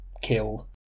kill